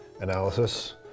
analysis